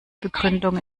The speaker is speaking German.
begründung